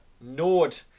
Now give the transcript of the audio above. Nord